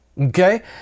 Okay